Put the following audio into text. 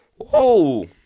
Whoa